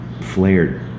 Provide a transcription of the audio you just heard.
flared